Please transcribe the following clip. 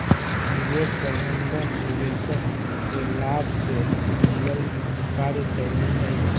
निवेश प्रबंधन निवेशक के लाभ से जुड़ल कार्यशैली हइ